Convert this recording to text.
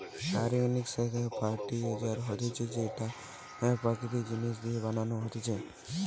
organic সার বা fertiliser হতিছে যেইটো প্রাকৃতিক জিনিস দিয়া বানানো হতিছে